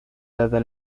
dada